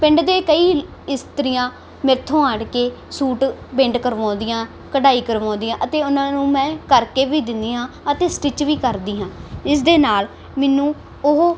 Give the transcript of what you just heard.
ਪਿੰਡ ਦੇ ਕਈ ਇਸਤਰੀਆਂ ਮੇਰੇ ਕੋਲ ਆਣ ਕੇ ਸੂਟ ਪੇਂਟ ਕਰਵਾਉਂਦੀਆਂ ਕਢਾਈ ਕਰਵਾਉਂਦੀਆਂ ਅਤੇ ਉਨ੍ਹਾਂ ਨੂੰ ਮੈਂ ਕਰਕੇ ਵੀ ਦਿੰਦੀ ਹਾਂ ਅਤੇ ਸਟਿੱਚ ਵੀ ਕਰਦੀ ਹਾਂ ਇਸਦੇ ਨਾਲ ਮੈਨੂੰ ਉਹ